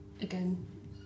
again